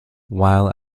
while